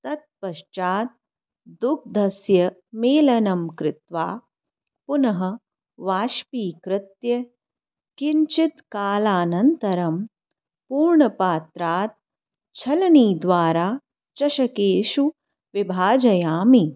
तत्पश्चात् दुग्धस्य मेलनं कृत्वा पुनः वाष्पीकृत्य किञ्चित् कालानन्तरं पूर्णपात्रात् चालनीद्वारा चषकेषु विभाजयामि